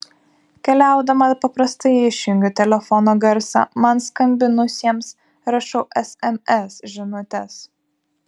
keliaudama paprastai išjungiu telefono garsą man skambinusiems rašau sms žinutes